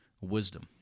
wisdom